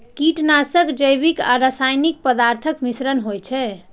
कीटनाशक जैविक आ रासायनिक पदार्थक मिश्रण होइ छै